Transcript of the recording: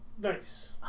Nice